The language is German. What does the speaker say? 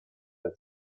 als